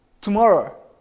tomorrow